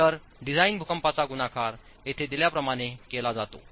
तर डिझाइन भूकंपाचा गुणाकार येथे दिल्याप्रमाणे केला जातो